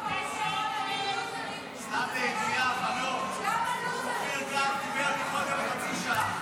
--- מה זה --- אופיר כץ דיבר קודם חצי שעה.